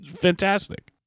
fantastic